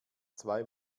zwei